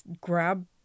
grab